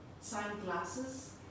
sunglasses